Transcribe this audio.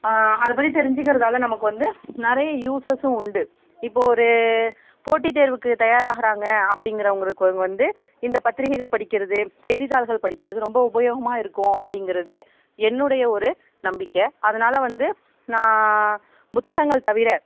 அதை பற்றி தெரிஞ்சிக்கிறதால் நமக்கு வந்து நிறைய யூஸ்சஸ்ஸும் உண்டு இப்போ ஒரு போட்டி தேர்வுக்கு தயாராகுறாங்க அப்டிங்கிறவங்களுக்கு வந்து இந்த பத்திரிக்கைகள் படிக்கிறது செய்தித்தாள்கள் படிக்கிறது ரொம்ப உபயோகமாக இருக்கும் அப்படிங்கிறது என்னுடைய ஒரு நம்பிக்கை அதனால் வந்து நான் புத்தகங்கள் தவிர